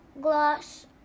gloss